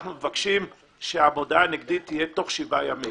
אנחנו מבקשים שהמודעה הנגדית תהיה תוך שבעה ימים